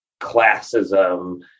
classism